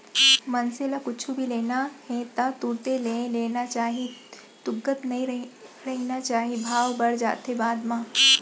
मनसे ल कुछु भी लेना हे ता तुरते ले लेना चाही तुगत नइ रहिना चाही भाव बड़ जाथे बाद म